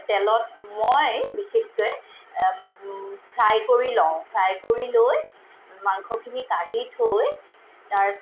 তেলত মই বিশেষকৈ ফ্ৰাই কৰি লওঁ ফ্ৰাই কৰি লৈ মাংসখিনি কাঢ়ি থৈ তাৰ